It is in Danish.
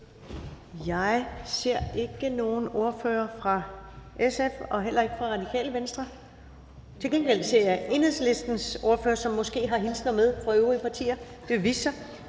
Jeg ser ikke nogen ordfører fra SF og heller ikke fra Radikale Venstre; til gengæld ser jeg Enhedslistens ordfører, som måske har hilsner med fra øvrige partier – det vil